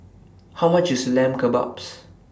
How much IS Lamb Kebabs